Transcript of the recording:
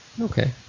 Okay